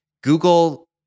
Google